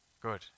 Good